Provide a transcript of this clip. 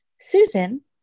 Susan